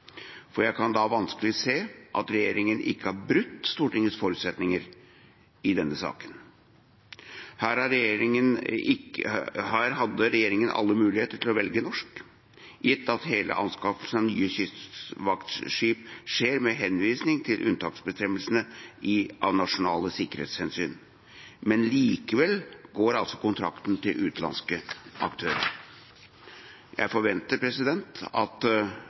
Jeg kan da vanskelig se at regjeringen ikke har brutt Stortingets forutsetninger i denne saken. Her hadde regjeringen alle muligheter til å velge norsk, gitt at hele anskaffelsen av nye kystvaktskip skjer med henvisning til unntaksbestemmelsene av nasjonale sikkerhetshensyn. Likevel går altså kontrakten til utenlandske aktører. Jeg forventer at